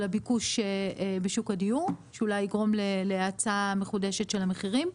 הביקוש בשוק הדיור שאולי יגרום להאצה מחודשת של המחירים,